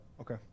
Okay